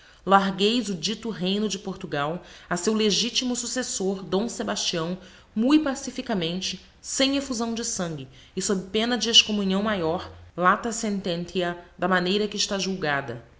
largueis o dito reyno de portugal a seu legitimo successor d sebastião mui pacificamente sem efuzaõ de sangue e sob pena de excommunhão maior lata sententia da maneira que está julgada